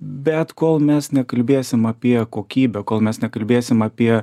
bet kol mes nekalbėsim apie kokybę kol mes nekalbėsim apie